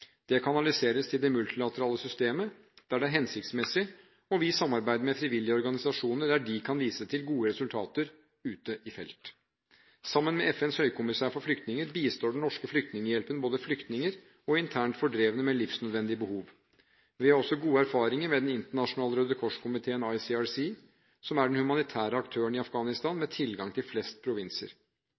Det kanaliseres til det multilaterale systemet der det er hensiktsmessig, og vi samarbeider med frivillige organisasjoner der de kan vise til gode resultater ute i felt. Sammen med FNs høykommissær for flytninger bistår den norske Flyktninghjelpen både flyktninger og internt fordrevne med livsnødvendige behov. Vi har også gode erfaringer med Den internasjonale Røde Kors-komiteen, ICRC, som er den humanitære aktøren i Afghanistan med tilgang til flest provinser.